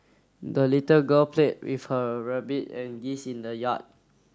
the little girl played with her rabbit and geese in the yard